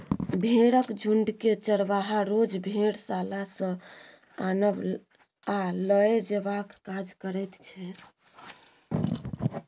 भेंड़क झुण्डकेँ चरवाहा रोज भेड़शाला सँ आनब आ लए जेबाक काज करैत छै